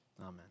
Amen